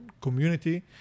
community